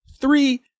three